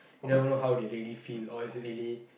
you never know how they really feel or is it really